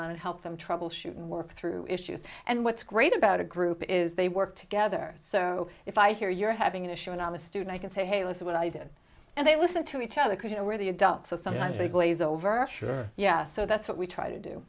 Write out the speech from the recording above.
on and help them troubleshoot and work through issues and what's great about a group is they work together so if i hear you're having an issue and i'm a student i can say hey listen what i did and they listen to each other because you know where the adults are sometimes they please over a sure yeah so that's what we try to do